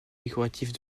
décoratifs